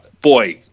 boy